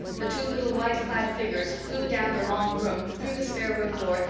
the two little white-clad figures flew down the long room, through the spare-room door,